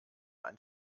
ein